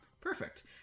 Perfect